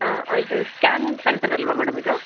ಹಾಂ ಇದು scan centre ಅಲ್ವಾ ಇದು ಮೇಡಮ್ ಇದು